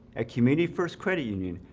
a committee first credit union.